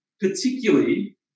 particularly